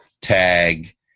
tag